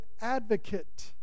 advocate